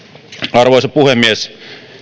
arvoisa puhemies